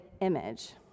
image